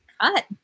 cut